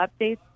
updates